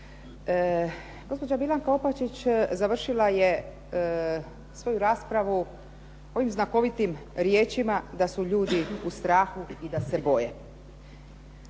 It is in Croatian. Gospođa Milanka Opačić završila je svoju raspravu ovim znakovitim riječima da su ljudi u strahu i da se boje,